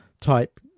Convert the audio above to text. type